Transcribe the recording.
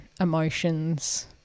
emotions